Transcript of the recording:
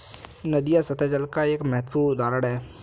नदियां सत्तह जल का एक महत्वपूर्ण उदाहरण है